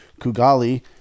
Kugali